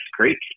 Creek